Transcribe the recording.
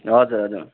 हजुर हजुर